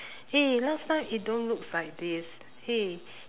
eh last time it don't looks like this !hey!